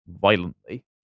violently